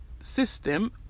system